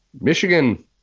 Michigan